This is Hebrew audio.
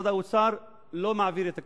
משרד האוצר לא מעביר את הכספים,